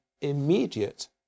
immediate